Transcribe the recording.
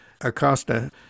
Acosta